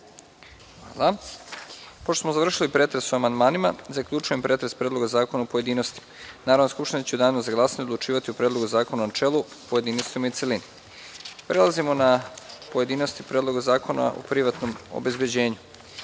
Hvala. Pošto smo završili pretres o amandmanima, zaključujem pretres Predloga zakona u pojedinostima. Narodna skupština će u danu za glasanje odlučivati o Predlogu zakona u načelu, pojedinostima i u celini. Prelazimo na pojedinosti o Predlogu zakona o privatnom obezbeđenju. Primili